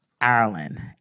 Ireland